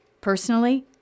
Personally